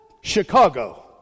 Chicago